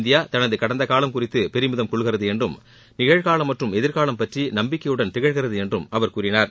India தனது கடந்த காலம் குறித்து பெருமிதம் கொள்கிறது என்றும் நிகழ் மற்றும் எதிர்காலம் பற்றி நம்பிக்கையுடன் திகழ்கிறது என்றும் அவர் கூறினார்